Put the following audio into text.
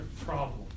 problem